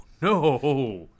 No